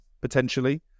potentially